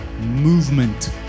movement